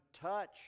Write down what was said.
touch